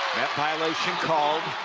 violations called